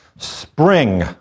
Spring